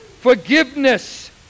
forgiveness